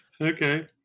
Okay